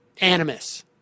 animus